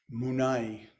Munai